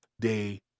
day